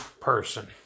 person